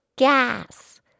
Gas